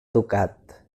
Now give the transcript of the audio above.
ducat